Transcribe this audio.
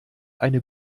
eine